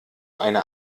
eine